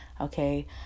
Okay